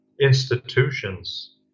institutions